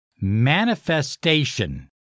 manifestation